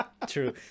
true